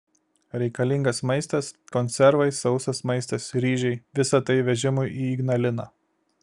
reikalingas maistas konservai sausas maistas ryžiai visa tai vežimui į ignaliną